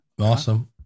Awesome